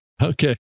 Okay